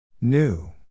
New